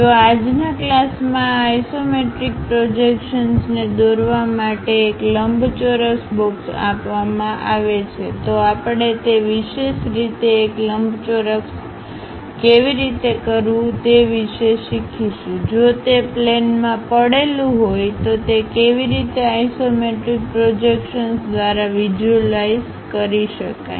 જો આજના ક્લાસમાં આ આઇસોમેટ્રિક પ્રોજેક્શન્સ ને દોરવા માટે એક લંબચોરસ બોક્સ આપવામાં આવે છે તો આપણે તે વિશેષ રીતે એક લંબચોરસ કેવી રીતે કરવું તે વિશે શીખીશું જો તે પ્લેન માં પડેલું હોય તો તે કેવી રીતે આઇસોમેટ્રિક પ્રોજેક્શન્સ દ્વારા વિઝ્યુલાઇઝ કરી શકાય